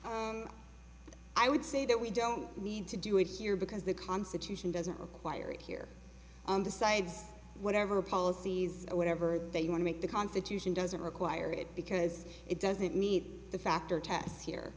e i would say that we don't need to do it here because the constitution doesn't require it here on the sides whatever policies whatever they want to make the constitution doesn't require it because it doesn't need to factor tests here